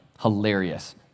Hilarious